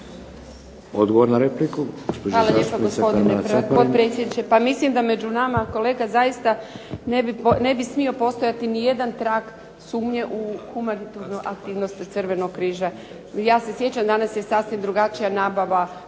Karmela (HDZ)** Hvala lijepa gospodine potpredsjedniče. Pa mislim da među nama kolega zaista ne bi smio postojati ni jedan trag sumnje u humanitarnu aktivnost Crvenog križa. Ja se sjećam, danas je sasvim drugačija nabava